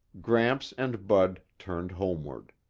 gramps and bud turned homeward.